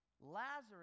Lazarus